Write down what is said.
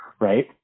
right